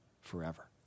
forever